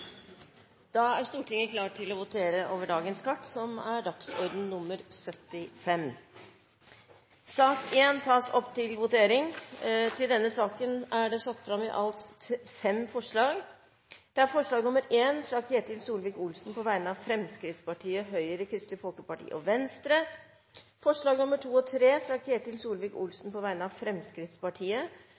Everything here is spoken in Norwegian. Da er Stortinget klart til å votere over sakene på dagens kart. Under debatten er det satt fram i alt fem forslag. Det er forslag nr. 1, fra Ketil Solvik-Olsen på vegne av Fremskrittspartiet, Høyre, Kristelig Folkeparti og Venstre forslagene nr. 2 og 3, fra Ketil Solvik-Olsen på vegne av Fremskrittspartiet